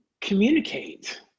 communicate